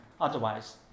Otherwise